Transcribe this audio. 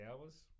hours